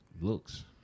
looks